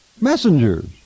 messengers